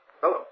Hello